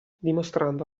dimostrando